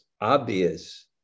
obvious